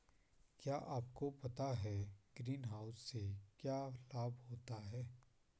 क्या आपको पता है ग्रीनहाउस से क्या लाभ होता है?